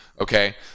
okay